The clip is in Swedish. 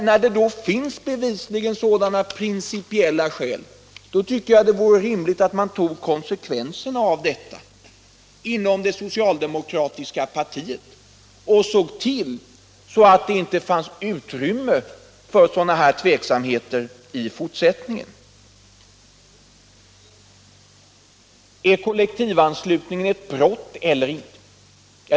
När det nu bevisligen finns sådana principiella skäl tycker jag det vore rimligt att man inom det socialdemokratiska partiet tar konsekvenserna av detta och ser till att det inte finns utrymme för sådana här tveksamheter i fortsättningen. Är kollektivanslutningen ett brott eller inte?